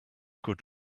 good